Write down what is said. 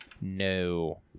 No